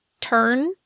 turn